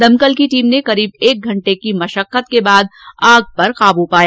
दमकल की टीम ने करीब एक घंटे की मशक्कत के बाद आग पर काबू पाया